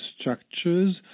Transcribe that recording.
structures